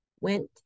went